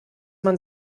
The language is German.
man